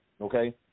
okay